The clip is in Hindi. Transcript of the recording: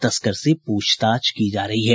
तस्कर से पूछ ताछ की जा रही है